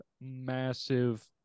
massive